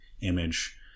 image